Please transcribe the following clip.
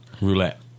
roulette